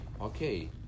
okay